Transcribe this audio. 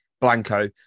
Blanco